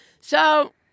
So-